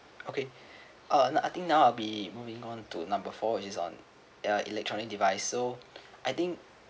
okay uh I think now I'll be moving on to number four which is on uh electronic device so I think